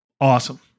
Awesome